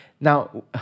Now